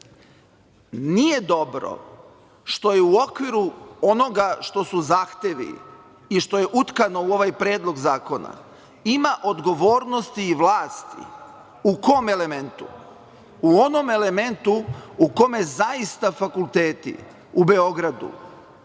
Nije dobro što je u okviru onoga što su zahtevi i što je utkano u ovaj predlog zakona, ima odgovornosti i vlasti. U kom elementu? U onom elementu u kome zaista fakulteti u Beogradu